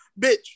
Bitch